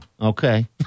Okay